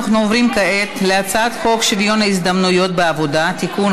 אנחנו עוברים כעת להצעת חוק שוויון ההזדמנויות בעבודה (תיקון,